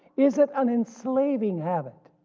is it an enslaving habit?